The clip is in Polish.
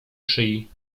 szyi